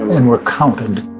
and were counted